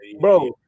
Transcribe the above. bro